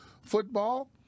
football